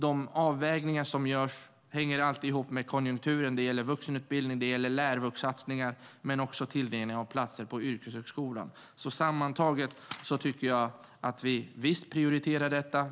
De avvägningar som görs hänger alltid ihop med konjunkturen. Det gäller vuxenutbildning, lärvuxsatsningar och tilldelningen av platser på yrkeshögskolan. Sammantaget tycker jag att vi visst prioriterar detta.